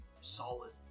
solid